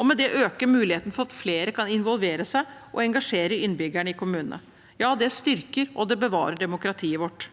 og med det øke muligheten for at flere kan involvere seg, og å engasjere innbyggerne i kommunene. Ja, det styrker og bevarer demokratiet vårt.